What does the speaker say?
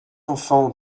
enfant